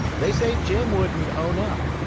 they say jim wouldn't own up,